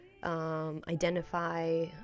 Identify